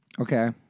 Okay